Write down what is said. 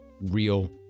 real